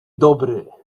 dobry